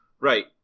Right